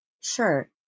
Sure